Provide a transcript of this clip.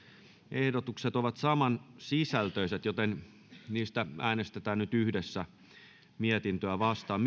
ehdotukset ovat saman sisältöiset joten niistä äänestetään yhdessä mietintöä vastaan